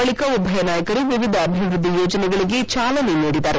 ಬಳಿಕ ಉಭಯ ನಾಯಕರು ವಿವಿಧ ಅಭಿವೃದ್ದಿ ಯೋಜನೆಗಳಿಗೆ ಚಾಲನೆ ನೀಡಿದರು